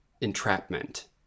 entrapment